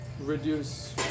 reduce